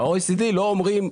ב-OECD לא אומרים,